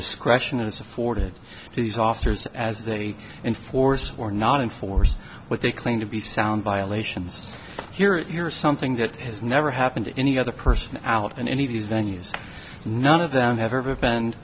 discretion is afforded these authors as they enforce or not enforce what they claim to be sound by elations here and here is something that has never happened to any other person out in any of these venues none of them have ever even